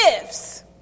gifts